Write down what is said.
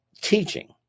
teaching